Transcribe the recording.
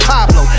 Pablo